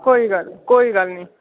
कोई गल्ल नेईं कोई गल्ल नेईं